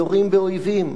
יורים באויבים.